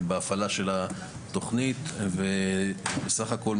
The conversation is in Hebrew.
בהפעלה של התוכנית ובסך הכול,